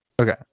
Okay